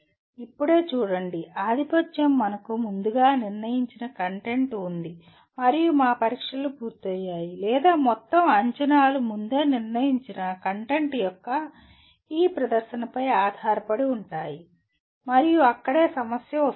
ఇప్పుడే చూడండి ఆధిపత్యం మనకు ముందుగా నిర్ణయించిన కంటెంట్ ఉంది మరియు మా పరీక్షలు పూర్తయ్యాయి లేదా మొత్తం అంచనాలు ముందే నిర్ణయించిన కంటెంట్ యొక్క ఈ ప్రదర్శనపై ఆధారపడి ఉంటాయి మరియు అక్కడే సమస్య వస్తుంది